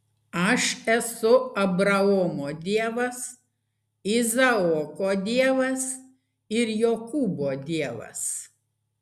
aš esu abraomo dievas izaoko dievas ir jokūbo dievas